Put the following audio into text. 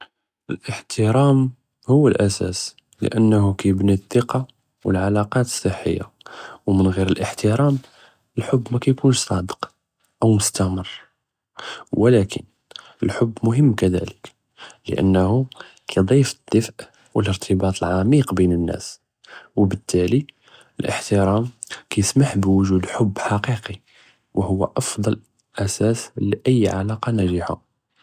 אלאחترام הו אלאסאס לאנהו כיבני א־ת׳קה ו אלעלאקת אלציהיה, ו מן ע׳יר אלאחترام אלחוב מאכיקונש צאדק, או מסתמר, ו אבלאכן אלחוב מהם כדאלכ לאנהו כידיף א־דפא ו אלארתבט אלעמיק בין א־נאס, ו ב־אלתאלי אלאחترام כיסמח בוג׳וד חוב חקיקי ו הו אפדל אסאס ל־איי עלאקה נאגחה.